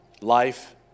Life